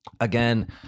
again